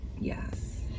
Yes